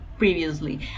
previously